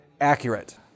accurate